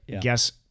Guess